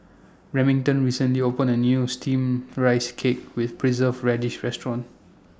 Remington recently opened A New Steamed Rice Cake with Preserved Radish Restaurant